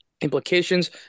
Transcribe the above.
implications